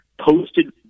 posted